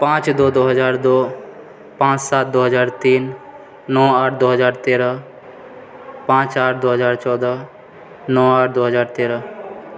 पाँच दो दो हजार दो पाँच सात दो हजार तीन नओ आठ दो हजार तेरह पाँच आठ दो हजार चौदह नओ आठ दो हजार तेरह